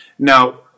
Now